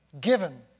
given